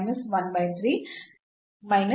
ಆದ್ದರಿಂದ